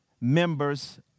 members